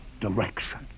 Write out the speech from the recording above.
direction